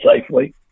safely